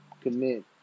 commit